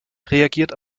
reagiert